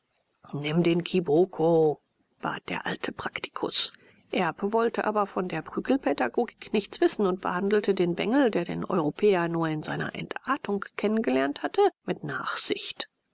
nimm den kiboko bat der alte praktikus erb wollte aber von der prügelpädagogik nichts wissen und behandelte den bengel der den europäer nur in seiner entartung kennen gelernt hatte mit nachsicht